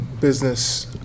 business